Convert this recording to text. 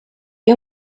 you